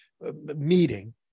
meeting